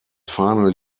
final